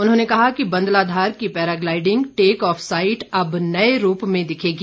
उन्होंने कहा कि बंदलाधार की पैराग्लाईडिंग टेक ऑफ साईट अब नए रूप में दिखेगी